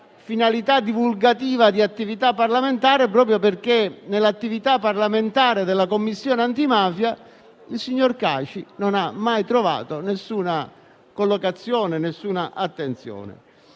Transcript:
finalità divulgativa di attività parlamentare, proprio perché nell'attività parlamentare della Commissione antimafia il signor Caci non ha mai trovato alcuna collocazione, alcuna attenzione.